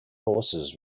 forces